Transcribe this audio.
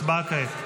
הצבעה כעת.